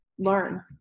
learn